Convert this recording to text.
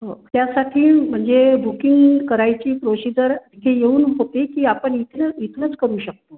हो त्यासाठी म्हणजे बुकिंग करायची प्रोशिजर ही येऊन होते की आपण इथनं इथनंच करू शकतो